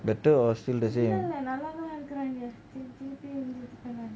the better are still the same